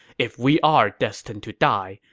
if we are destined to die,